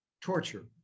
torture